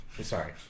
Sorry